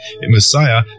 Messiah